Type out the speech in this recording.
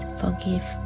forgive